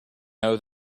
know